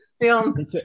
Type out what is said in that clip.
film